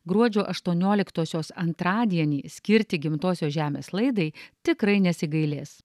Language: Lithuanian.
gruodžio aštuonioliktosios antradienį skirti gimtosios žemės laidai tikrai nesigailės